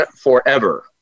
forever